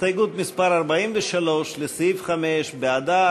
הסתייגות מס' 43 לסעיף 5: בעדה,